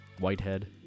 Whitehead